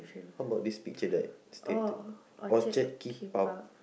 how about this picture that stated Orchard keep out